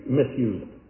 misused